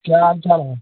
क्या हाल चाल है